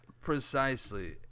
Precisely